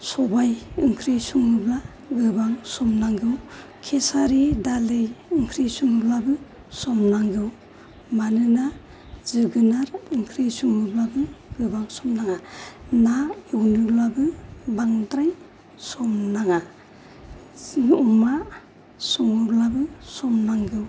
सबाय ओंख्रि सङोब्ला गोबां सम नांगौ खेसारि दालि ओंख्रि सङोब्लाबो सम नांगौ मानोना जोगोनार ओंख्रि सङोब्लाबो गोबां सम नाङा ना एवनोब्लाबो बांद्राय सम नाङा अमा सङोब्लाबो सम नांगौ